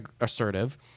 assertive